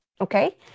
Okay